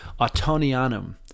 Autonianum